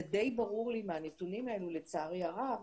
זה די ברור לי מהנתונים האלה, לצערי הרב,